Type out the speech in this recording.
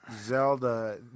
Zelda